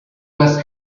was